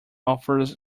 offers